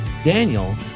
Daniel